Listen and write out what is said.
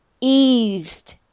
eased